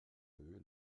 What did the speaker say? peu